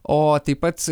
o taip pat